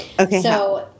Okay